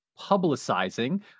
publicizing